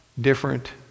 different